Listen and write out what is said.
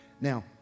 Now